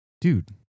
dude